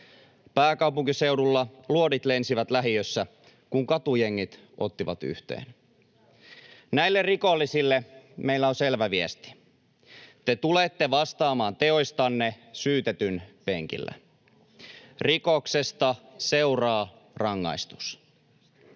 pääkaupunkiseudulla luodit lensivät lähiössä, kun katujengit ottivat yhteen. Näille rikollisille meillä on selvä viesti: Te tulette vastaamaan teoistanne syytetyn penkillä. Rikoksesta seuraa rangaistus.